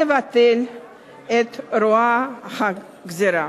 לבטל את רוע הגזירה.